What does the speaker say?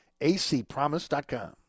acpromise.com